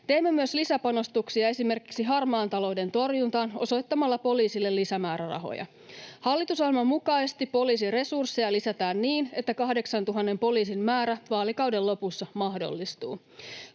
Teemme myös lisäpanostuksia esimerkiksi harmaan talouden torjuntaan osoittamalla poliisille lisämäärärahoja. Hallitusohjelman mukaisesti poliisin resursseja lisätään niin, että 8 000 poliisin määrä vaalikauden lopussa mahdollistuu.